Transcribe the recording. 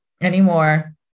anymore